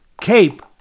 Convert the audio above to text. Cape